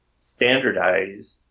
standardized